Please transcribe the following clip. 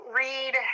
read